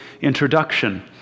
introduction